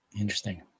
Interesting